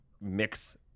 mix